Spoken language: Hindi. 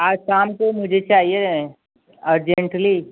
आज शाम को मुझे चाहिए अर्जेंटली